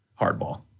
Hardball